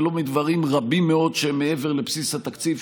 ולא מדברים רבים מאוד שהם מעבר לבסיס התקציב,